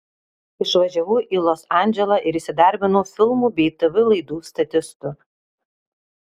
išvažiavau į los andželą ir įsidarbinau filmų bei tv laidų statistu